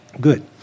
Good